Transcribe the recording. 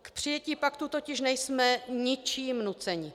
K přijetí paktu totiž nejsme ničím nuceni.